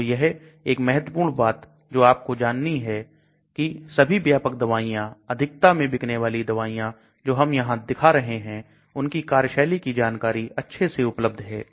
तो एक महत्वपूर्ण बात जो आपने जानी है कि सभी व्यावसायिक दवाइयां अधिकता में बिकने वाली दवाइयां जो हम यहां दिखा रहे हैं उनकी कार्यशैली की जानकारी अच्छे से उपलब्ध है